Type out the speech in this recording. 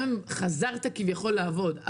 גם אם חזרת כביכול לעבוד,